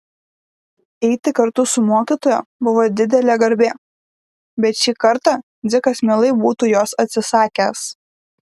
eiti kartu su mokytoja buvo didelė garbė bet šį kartą dzikas mielai būtų jos atsisakęs